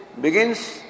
begins